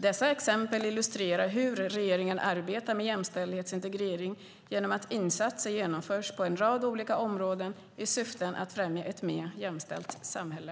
Dessa exempel illustrerar hur regeringen arbetar med jämställdhetsintegrering, genom att insatser genomförs på en rad olika områden, i syfte att främja ett mer jämställt samhälle.